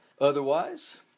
Otherwise